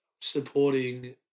supporting